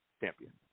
champion